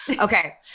okay